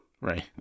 Right